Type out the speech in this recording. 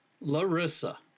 Larissa